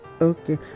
Okay